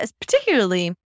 particularly